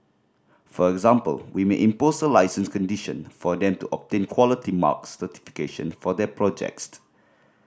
for example we may impose a licence condition for them to obtain Quality Marks certification for their project